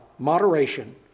Moderation